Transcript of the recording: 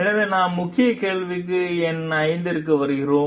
எனவே நாம் முக்கிய கேள்விக்கு எண் ஐந்திற்கு வருகிறோம்